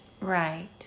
Right